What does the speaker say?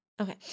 Okay